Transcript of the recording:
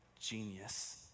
genius